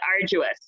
arduous